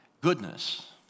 goodness